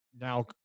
now